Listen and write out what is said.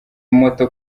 moto